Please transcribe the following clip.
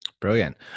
Brilliant